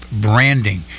branding